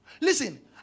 Listen